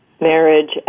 Marriage